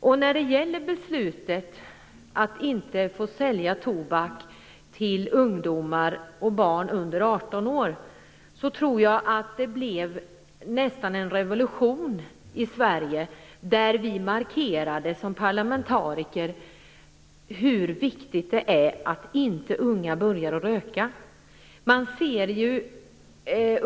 Jag tror att beslutet om förbud mot försäljning av tobak till barn och ungdomar under 18 år nästan innebar en revolution i Sverige, i och med att vi som parlamentariker markerade hur viktigt det är att unga inte börjar röka.